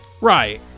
Right